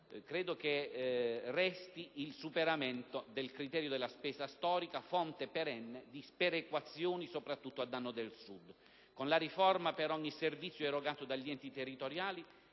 provvedimento resti il superamento del criterio della spesa storica, fonte perenne di sperequazioni, soprattutto a danno del Sud. Con la riforma, per ogni servizio erogato dagli enti territoriali